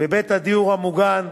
בבית הדיור המוגן,